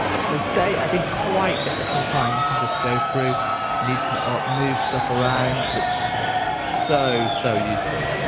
so say i didn't quite get this in time i can just go through neaten it up move stuff around which is yeah so so useful.